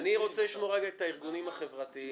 אני רוצה לשמוע את הארגונים החברתיים.